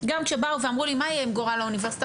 גם כשבאו ואמרו לי מה יהיה עם גורל האוניברסיטה?